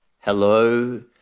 Hello